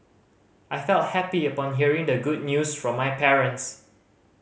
I felt happy upon hearing the good news from my parents